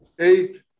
eight